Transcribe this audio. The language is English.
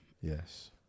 Yes